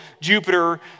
Jupiter